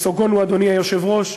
אדוני היושב-ראש,